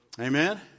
Amen